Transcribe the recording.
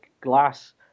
glass